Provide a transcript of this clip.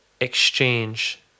exchange